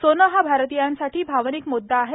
सोने हा भारतीयांसाठी भावनिक मृद्दा आहे